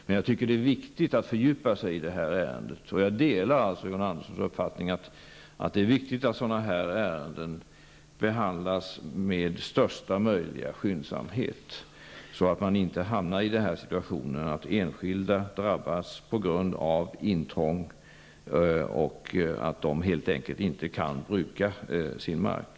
Men det är viktigt att fördjupa sig i detta ärende, och jag delar John Anderssons uppfattning att det är viktigt att sådana här ärenden behandlas med största möjliga skyndsamhet så att man inte hamnar i den situationen att enskilda drabbas på grund av intrång och helt enkelt inte kan bruka sin mark.